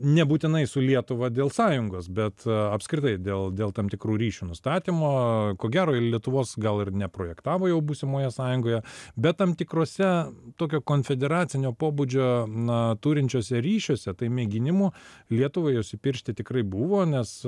nebūtinai su lietuva dėl sąjungos bet apskritai dėl dėl tam tikrų ryšio nustatymo ko gero jie lietuvos gal ir neprojektavo jau būsimoje sąjungoje bet tam tikruose tokio konfederacinio pobūdžio na turinčiose ryšiuose tai mėginimų lietuvai juos įpiršti tikrai buvo nes